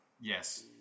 Yes